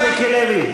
חבר הכנסת מיקי לוי,